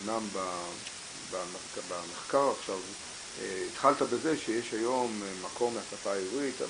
אמנם במחקר עכשיו התחלת בזה שיש היום מקום לשפה הערבית,